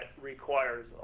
requires